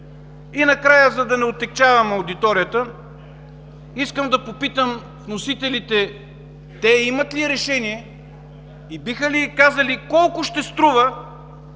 Накрая, за да не отегчавам аудиторията, искам да попитам вносителите: те имат ли решение и биха ли казали колко ще струва